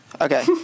Okay